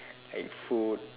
like food